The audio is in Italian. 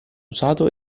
usato